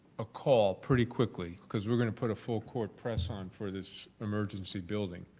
a call pretty quickly cause we're going to put a full court press on for this emergency building.